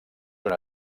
una